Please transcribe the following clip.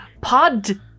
pod